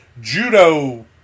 judo